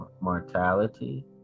mortality